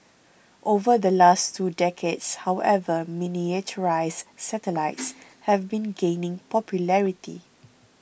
over the last two decades however miniaturised satellites have been gaining popularity